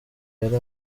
yari